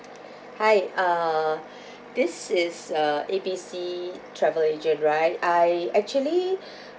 hi uh this is uh A B C travel agent right I actually